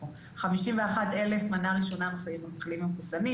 51,000 מנה ראשונה, מחלימים ומחוסנים.